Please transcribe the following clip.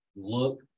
look